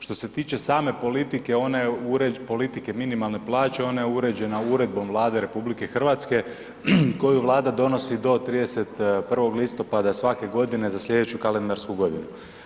Što se tiče same politike one, politike minimalne plaće, ona je uređena Uredbom Vlade RH koju Vlada donosi do 31. listopada svake godine za sljedeću kalendarsku godinu.